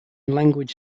language